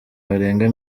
barenga